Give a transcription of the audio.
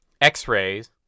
X-rays